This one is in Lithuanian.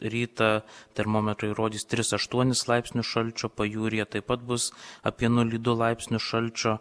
rytą termometrai rodys tris aštuonis laipsnius šalčio pajūryje taip pat bus apie nulį du laipsnius šalčio